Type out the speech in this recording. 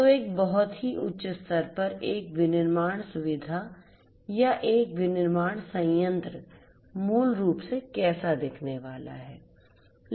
तो एक बहुत ही उच्च स्तर पर एक विनिर्माण सुविधा या एक विनिर्माण संयंत्र मूल रूप से कैसा दिखने वाला है